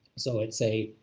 so it'll say,